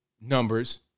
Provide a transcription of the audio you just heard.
numbers